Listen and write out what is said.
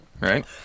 right